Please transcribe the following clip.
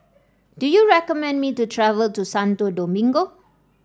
do you recommend me to travel to Santo Domingo